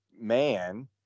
man